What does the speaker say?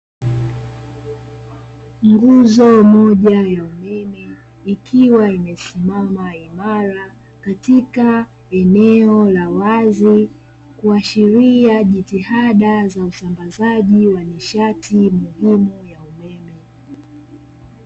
Nguzo moja ya umeme ikiwa imesimama imara katika eneo la wazi, kuashiria jitihada za usambazaji wa nishati muhimu ya umeme.